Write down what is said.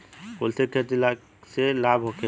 कुलथी के खेती से लाभ होखे?